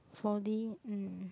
four D mm